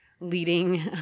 leading